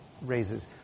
raises